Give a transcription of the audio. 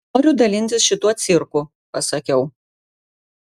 noriu dalintis šituo cirku pasakiau